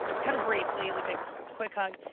kind of briefly, like a quick hug,